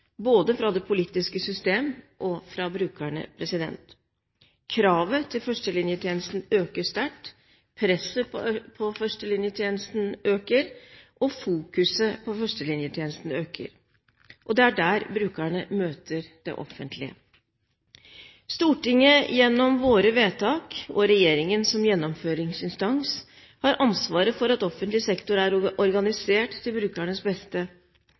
både fra det politiske system og fra brukerne. Kravet til førstelinjetjenesten øker sterkt, presset på førstelinjetjenesten øker, og fokuset på førstelinjetjenesten øker. Og det er der brukerne møter det offentlige. Stortinget – gjennom våre vedtak – og regjeringen, som gjennomføringsinstans, har ansvaret for at offentlig sektor er organisert til brukernes beste.